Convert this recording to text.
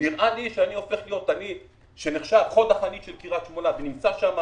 נראה לי שאני שנחשב חוד החנית של קריית שמונה ונמצא שם